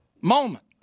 moment